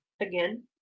again